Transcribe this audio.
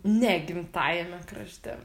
ne gimtajame krašte